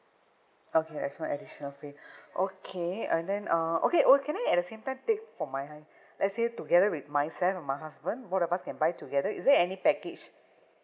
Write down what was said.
okay as long no additional fee okay and then uh okay or can I at the same time take for my hu~ let's say together with myself my husband both of us can buy together is there any package